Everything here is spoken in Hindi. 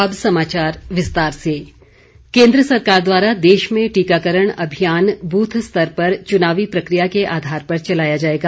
अभियान केन्द्र सरकार द्वारा देश में टीकाकरण अभियान बूथ स्तर पर चुनावी प्रक्रिया के आधार पर चलाया जाएगा